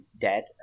dead